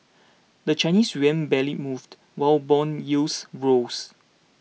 the Chinese yuan barely moved while bond yields rose